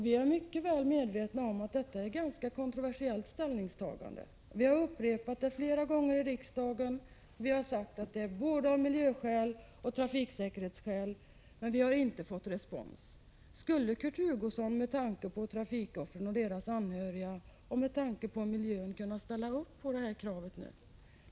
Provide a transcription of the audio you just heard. Vi är mycket väl medvetna om att det är ett ganska kontroversiellt ställningstagande, och vi har upprepat kravet flera gånger i riksdagen. Vi har sagt att detta bör ske både av miljöskäl och av trafiksäkerhetsskäl, men vi har inte fått respons. Skulle Kurt Hugosson, med tanke på trafikoffren och deras anhöriga och med tanke på miljön, kunna ställa sig bakom detta krav nu?